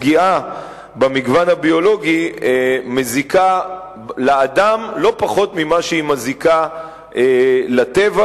פגיעה במגוון הביולוגי מזיקה לאדם לא פחות ממה שהיא מזיקה לטבע,